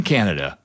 Canada